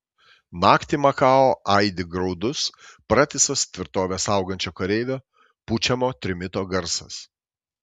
naktį makao aidi graudus pratisas tvirtovę saugančio kareivio pučiamo trimito garsas